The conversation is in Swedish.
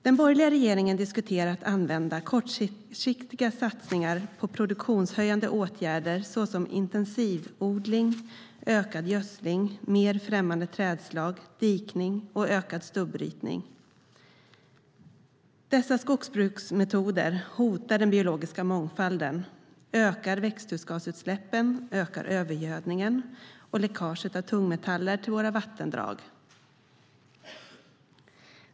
Den borgerliga regeringen diskuterar att använda sig av kortsiktiga satsningar på produktionshöjande åtgärder såsom intensivodling, ökad gödsling, mer främmande trädslag, dikning och ökad stubbrytning. Dessa skogsbruksmetoder hotar den biologiska mångfalden, ökar växthusgasutsläppen och ökar övergödningen och läckaget av tungmetaller till våra vattendrag.